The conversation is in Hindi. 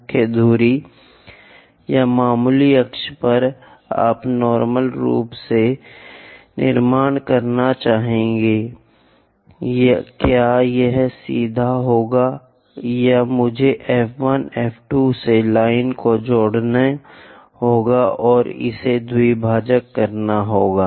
मुख्य धुरी या मामूली अक्ष पर आप नार्मल रूप से निर्माण करना चाहेंगे क्या यह सीधा होगा या मुझे F 1 F 2 से लाइनों को जोड़ना होगा और इसे द्विभाजक करना होगा